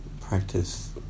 practice